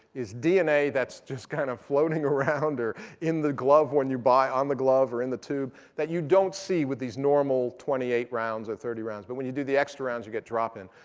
is dna that's just kind of floating around or in the glove when you buy on the glove or in the tube that you don't see with these normal twenty eight rounds or thirty rounds. but when you do the extra rounds, you get drop-in.